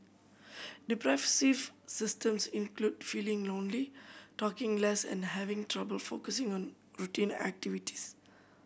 depressive symptoms include feeling lonely talking less and having trouble focusing on routine activities